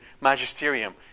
Magisterium